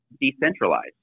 decentralized